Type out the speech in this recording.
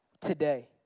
today